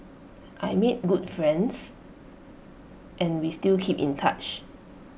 I made good friends and we still keep in touch